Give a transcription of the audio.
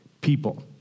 people